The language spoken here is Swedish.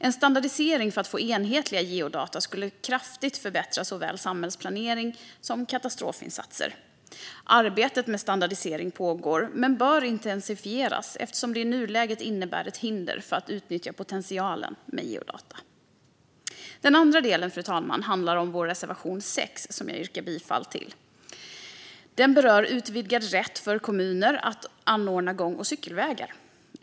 En standardisering för att få enhetliga geodata skulle kraftigt förbättra såväl samhällsplanering som katastrofinsatser. Arbetet med standardisering pågår, men det bör intensifieras eftersom detta i nuläget innebär ett hinder mot att utnyttja potentialen med geodata. Den andra delen, fru talman, handlar om vår reservation 6, som jag yrkar bifall till. Den berör utvidgad rätt för kommuner att anordna gång och cykelvägar.